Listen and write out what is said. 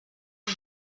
did